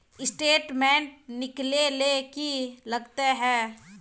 Statement निकले ले की लगते है?